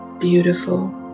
Beautiful